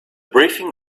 briefing